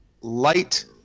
light